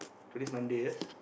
today's Monday yes